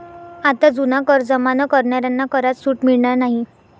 आता जुना कर जमा न करणाऱ्यांना करात सूट मिळणार नाही